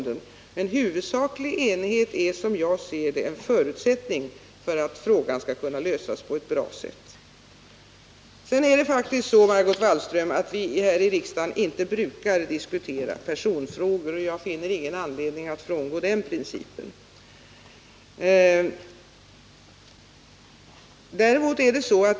Men en huvudsaklig enighet är, som jag ser det, en förutsättning för att frågan skall kunna lösas på ett bra sätt. Nr 146 Sedan är det faktiskt så, Margot Wallström, att vi här i riksdagen inte Måndagen den brukar diskutera personfrågor, och jag finner ingen anledning att frångå den 19 maj 1980 principen.